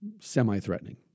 semi-threatening